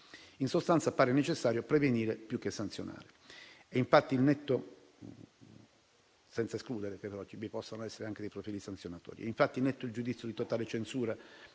In sostanza, appare necessario prevenire più che sanzionare, senza escludere però che vi possano essere anche dei profilli sanzionatori. È infatti netto il giudizio di totale censura